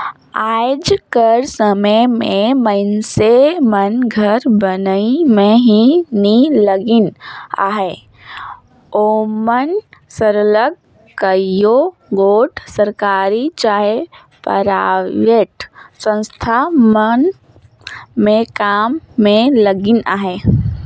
आएज कर समे में मइनसे मन घर बनई में ही नी लगिन अहें ओमन सरलग कइयो गोट सरकारी चहे पराइबेट संस्था मन में काम में लगिन अहें